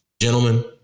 Gentlemen